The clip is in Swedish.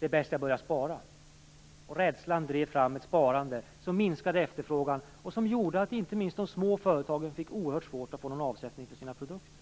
Därför bestämde man sig för att det var bäst att börja spara. Rädslan drev fram ett sparande som minskade efterfrågan, vilket gjorde att inte minst de små företagen fick oerhört svårt att få någon avsättning för sina produkter.